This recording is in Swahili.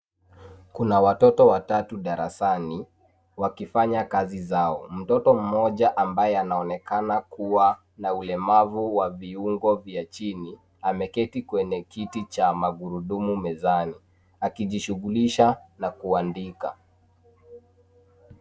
Kuna watoto watatu darasani wakifanya kazi zao. Mtoto mmoja ambaye anaonekana kuwa na ulemavu wa viungo vya chini, ameketi kwenye kiti cha magurudumu mezani, akijishughulisha na kuandika.